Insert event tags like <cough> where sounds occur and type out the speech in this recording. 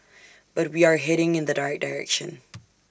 but we are heading in the right direction <noise>